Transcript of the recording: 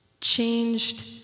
changed